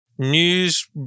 News